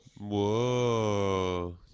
Whoa